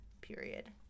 period